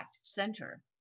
center